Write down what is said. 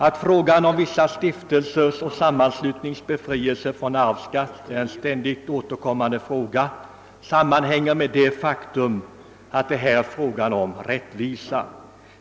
Att förslag om befrielse från arvsskatt för vissa stiftelser och sammanslutningar ständigt framföres sammanhänger med att det här är en fråga om rättvisa.